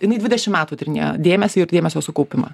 jinai dvidešim metų tyrinėjo dėmesį ir dėmesio sukaupimą